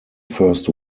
first